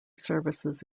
services